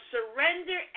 Surrender